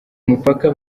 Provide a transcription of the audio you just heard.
mupaka